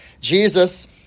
Jesus